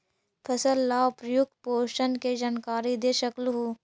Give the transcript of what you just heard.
फसल ला उपयुक्त पोषण के जानकारी दे सक हु?